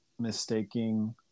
mistaking